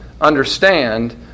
understand